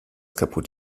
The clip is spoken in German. kaputt